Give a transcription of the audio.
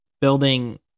building